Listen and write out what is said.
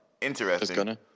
interesting